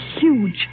huge